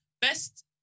best